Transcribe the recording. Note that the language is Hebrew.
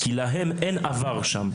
כי להם אין עבר שם.